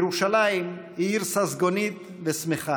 ירושלים היא עיר ססגונית ושמחה,